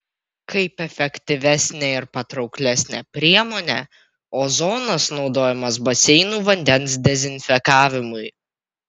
kaip efektyvesnė ir patrauklesnė priemonė ozonas naudojamas baseinų vandens dezinfekavimui